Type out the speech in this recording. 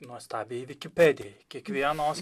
nuostabiajai vikipedijai kiekvienos